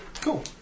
Cool